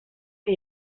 que